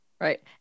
Right